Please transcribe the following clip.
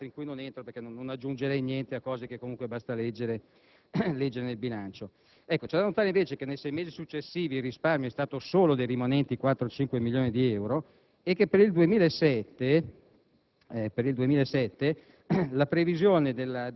comunicazione e documentazione, beni e servizi, trasferimenti ed altri, in cui non entro perché non aggiungerei niente a quanto è possibile leggere nel bilancio stesso. Bisogna notare invece che nei sei mesi successivi il risparmio è stato solo dei rimanenti 4,5 milioni di euro e che per il 2007